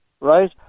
right